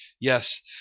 Yes